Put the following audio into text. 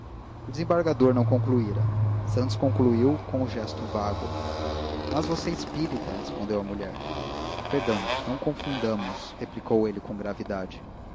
o desembargador não concluíra santos concluiu com um gesto vago mas você é espírita ponderou a mulher perdão não confundamos replicou ele com gravidade